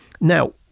Now